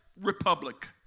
republic